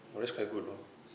oh that's quite good lor